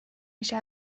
میشه